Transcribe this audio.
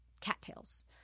cattails